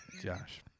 Josh